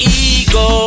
ego